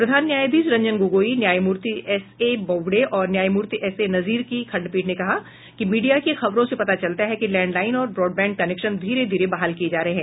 प्रधान न्यायाधीश रंजन गोगोई न्यायमूर्ति S A Bobde और न्यायमूर्ति एस ए नजीर की खंडपीठ ने कहा कि मीडिया की खबरों से पता चलता है कि लैंडलाइन और ब्रॉडबैंड कनेक्शन धीरे धीरे बहाल किये जा रहे हैं